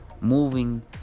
moving